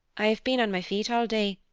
i have been on my feet all day,